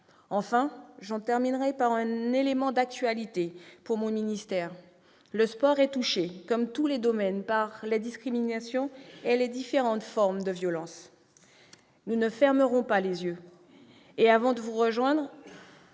Enfin, j'en terminerai par un élément d'actualité pour mon ministère : le sport est touché, comme tous les secteurs, par des discriminations et différentes formes de violence. Nous ne fermons pas les yeux et, avant de vous rejoindre,